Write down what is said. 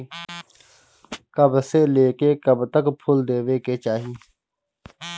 कब से लेके कब तक फुल देवे के चाही?